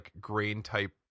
grain-type